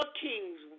kings